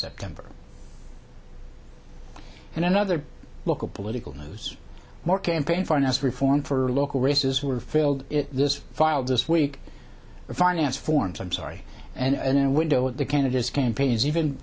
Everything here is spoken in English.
september and another local political news more campaign finance reform for local races were filled this file this week of finance forms i'm sorry and window at the candidates campaign is even